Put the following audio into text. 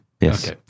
Yes